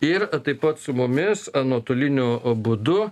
ir taip pat su mumis nuotoliniu būdu